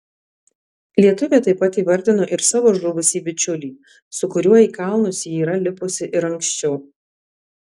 lietuvė taip pat įvardino ir savo žuvusį bičiulį su kuriuo į kalnus ji yra lipusi ir anksčiau